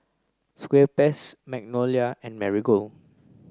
Schweppes Magnolia and Marigold